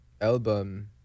album